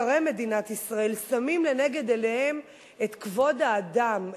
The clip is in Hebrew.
שרי מדינת ישראל שמים לנגד עיניהם את כבוד האדם,